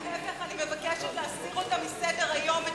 להיפך, אני מבקשת להסיר אותה מסדר-היום.